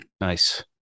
Nice